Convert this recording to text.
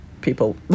people